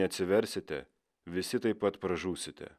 neatsiversite visi taip pat pražūsite